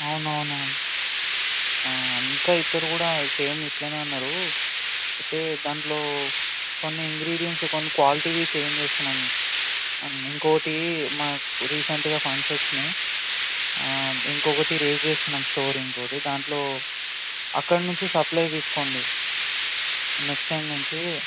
అవునవును అంతే ఇక్కడ కూడ సేమ్ ఇట్లనే అన్నారు అయితే దాంట్లో కొన్నిఇంగ్రీడియన్స్ కొన్ని క్వాలిటీవి ఛేంజ్ చేస్తున్నాం అండ్ ఇంకోటి మనకు రీసెంట్గా ఫండ్స్ వచ్చినాయి ఇంకొకటి రైస్ చేస్తున్నాం స్టోర్ ఇంకొకటి దాంట్లో అక్కడ నుంచి సప్లై తీసుకోండి నెక్స్ట్ టైమ్ నుంచి